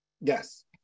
Yes